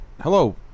hello